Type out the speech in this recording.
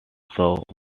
showed